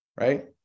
Right